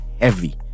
heavy